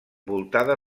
voltada